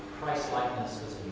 christlikeness